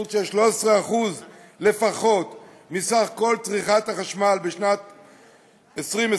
של 13% לפחות מסך כל צריכת החשמל בשנת 2015,